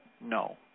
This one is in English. No